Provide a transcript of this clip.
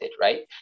right